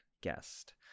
guest